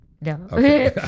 No